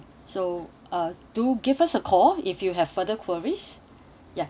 so uh do give us a call if you have further queries ya